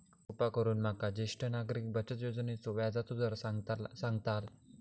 कृपा करून माका ज्येष्ठ नागरिक बचत योजनेचो व्याजचो दर सांगताल